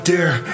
Dear